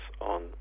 on